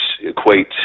equate